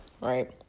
right